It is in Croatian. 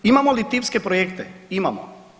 Imamo li tipske projekte, imamo.